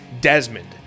Desmond